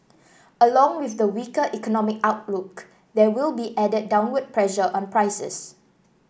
along with the weaker economic outlook there will be added downward pressure on prices